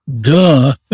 duh